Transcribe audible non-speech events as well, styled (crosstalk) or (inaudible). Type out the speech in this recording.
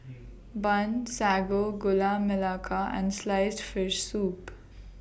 (noise) Bun Sago Gula Melaka and Sliced Fish Soup (noise)